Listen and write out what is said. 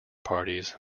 parties